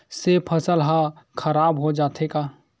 से फसल ह खराब हो जाथे का?